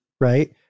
right